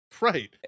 Right